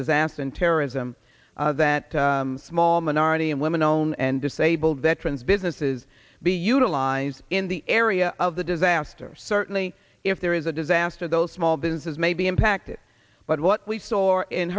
disaster and terrorism that small minority and women own and disabled veterans businesses be utilized in the area of the disasters certainly if there is a disaster those small businesses may be impacted but what we saw in